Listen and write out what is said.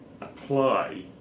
apply